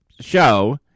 show